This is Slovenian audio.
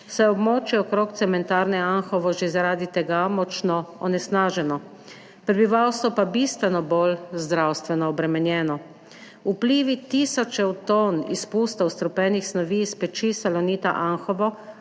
je območje okrog cementarne Anhovo že zaradi tega močno onesnaženo, prebivalstvo pa bistveno bolj zdravstveno obremenjeno. Vplivi tisočev ton izpustov strupenih snovi iz peči Salonita Anhovo